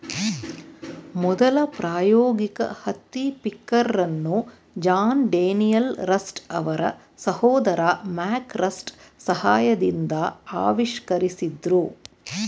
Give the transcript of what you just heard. ಮೊದಲ ಪ್ರಾಯೋಗಿಕ ಹತ್ತಿ ಪಿಕ್ಕರನ್ನು ಜಾನ್ ಡೇನಿಯಲ್ ರಸ್ಟ್ ಅವರ ಸಹೋದರ ಮ್ಯಾಕ್ ರಸ್ಟ್ ಸಹಾಯದಿಂದ ಆವಿಷ್ಕರಿಸಿದ್ರು